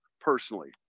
personally